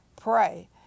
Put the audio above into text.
pray